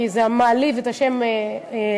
כי זה מעליב את השם אמן,